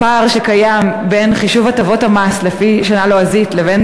הפער שקיים בין חישוב הטבות המס לפי שנה לועזית לבין